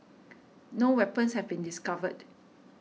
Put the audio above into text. no weapons have been discovered